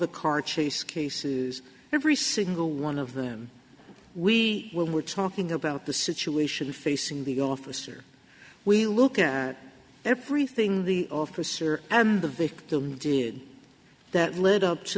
the car chase cases every single one of them we were talking about the situation facing the officer we look at everything the officer and the victim did that led up to